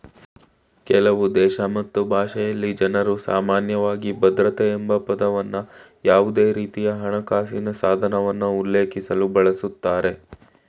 ಕೆಲವುದೇಶ ಮತ್ತು ಭಾಷೆಯಲ್ಲಿ ಜನ್ರುಸಾಮಾನ್ಯವಾಗಿ ಭದ್ರತೆ ಎಂಬಪದವನ್ನ ಯಾವುದೇರೀತಿಯಹಣಕಾಸಿನ ಸಾಧನವನ್ನ ಉಲ್ಲೇಖಿಸಲು ಬಳಸುತ್ತಾರೆ